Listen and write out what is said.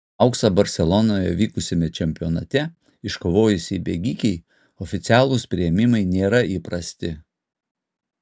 auksą barselonoje vykusiame čempionate iškovojusiai bėgikei oficialūs priėmimai nėra įprasti